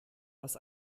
was